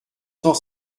cent